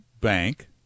bank